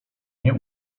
nie